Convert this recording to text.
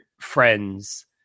friends